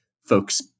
folks